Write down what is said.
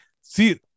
see